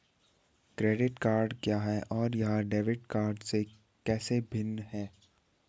Credit card क्या है और यह डेबिट कार्ड से कैसे भिन्न है?